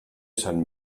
sant